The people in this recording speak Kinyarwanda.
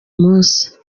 munsi